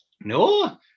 No